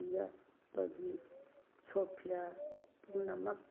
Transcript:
ꯌꯥꯠꯄꯒꯤ ꯁꯣꯞ ꯐꯤꯌꯥꯔ ꯄꯨꯝꯅꯃꯛ